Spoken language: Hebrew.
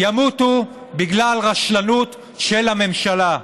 ימותו בגלל רשלנות של הממשלה.